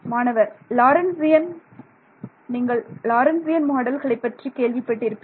மாணவர் லாரன்ஸியன் நீங்கள் லாரன்ஸியன் மாடல்களை பற்றி கேள்விப்பட்டிருப்பீர்கள்